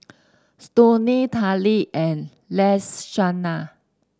Stoney Tallie and Lashonda